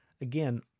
Again